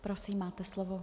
Prosím, máte slovo.